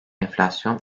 enflasyon